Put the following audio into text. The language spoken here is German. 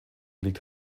liegt